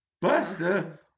Buster